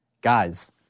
Guys